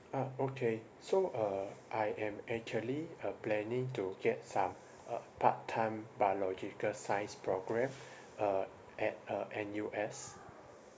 ah okay so uh I am actually uh planning to get some uh part time biological science programme uh at uh N_U_S